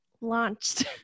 launched